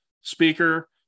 speaker